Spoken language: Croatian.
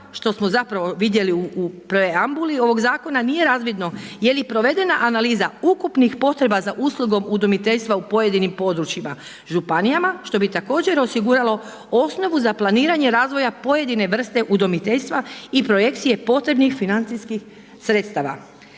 što smo zapravo vidjeli u preambuli ovoga zakona nije razvidno je li provedena analiza ukupnih potreba za uslugom udomiteljstva u pojedinim područjima županijama što bi također osiguralo osnovu za planiranje razvoja pojedine vrste udomiteljstva i projekcije potrebnih financijskih sredstava.